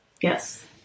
Yes